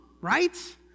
right